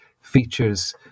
features